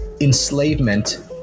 enslavement